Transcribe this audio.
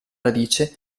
radice